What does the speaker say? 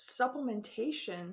supplementation